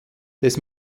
des